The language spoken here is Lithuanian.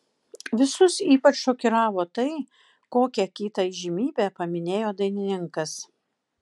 visus ypač šokiravo tai kokią kitą įžymybę paminėjo dainininkas